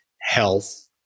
health